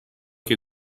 que